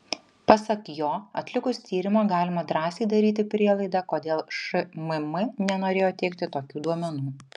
pasak jo atlikus tyrimą galima drąsiai daryti prielaidą kodėl šmm nenorėjo teikti tokių duomenų